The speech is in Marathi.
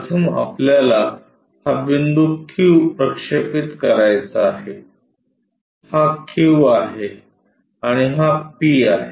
प्रथम आपल्याला हा बिंदू q प्रक्षेपित करायचा आहे हा q आहे आणि p आहे